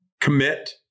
commit